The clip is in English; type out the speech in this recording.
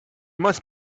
must